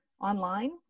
online